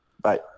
Bye